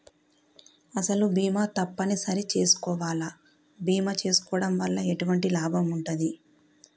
అసలు బీమా తప్పని సరి చేసుకోవాలా? బీమా చేసుకోవడం వల్ల ఎటువంటి లాభం ఉంటది?